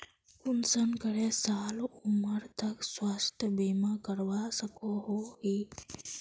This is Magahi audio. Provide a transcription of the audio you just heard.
कुंसम करे साल उमर तक स्वास्थ्य बीमा करवा सकोहो ही?